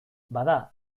bada